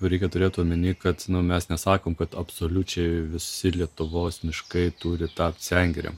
reikia turėt omeny kad mes nesakom kad absoliučiai visi lietuvos miškai turi tapt sengirėm